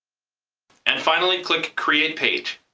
and finally, click create page.